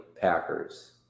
Packers